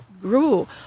grew